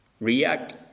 react